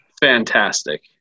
Fantastic